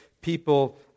people